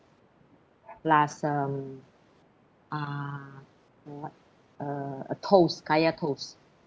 plus um uh what uh a a toast kaya toast